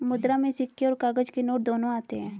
मुद्रा में सिक्के और काग़ज़ के नोट दोनों आते हैं